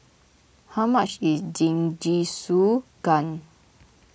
how much is Jingisukan